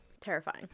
terrifying